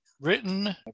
written